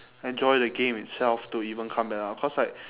enjoy the game itself to even come back lah cause like